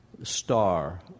Star